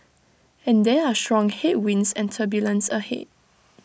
and there are strong headwinds and turbulence ahead